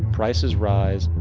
prices rise,